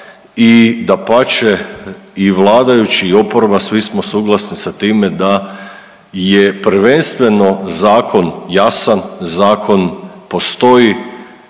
i dapače i vladajući i oporba svi smo suglasni sa time da je prvenstveno zakon jasan, zakon postoji.